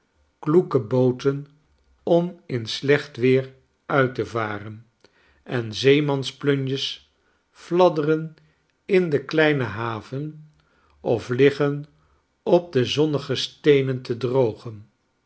kloeke booten om in slecht weer uit te varen en zeemansplunjes fladderen in de kleine haven of liggen op de zonnige steenen te drogen